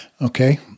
Okay